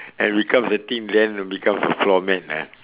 and becomes dirty then becomes a floor mat ah